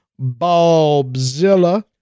Bobzilla